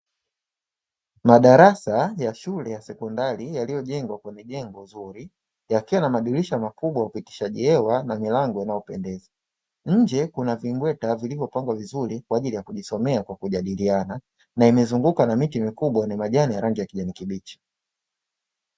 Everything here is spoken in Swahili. Madarasa ya shule ya sekondari yaliyojengwa kwenye jengo zuri yakiwa na madirisha makubwa ya upitishaji hewa na milango inayopendeza, nje kuna vimbweta vilivyopangwa vizuri kwa ajili ya kujisomea kwa kujadiliana na imezungukwa na miti mikubwa yenye majani ya rangi ya kijani kibichi.